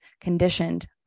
conditioned